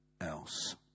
else